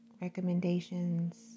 recommendations